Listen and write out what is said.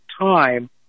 time